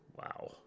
Wow